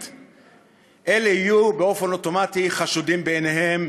אלה יהיו באופן אוטומטי חשודים בעיניהם,